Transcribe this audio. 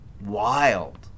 wild